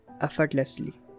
effortlessly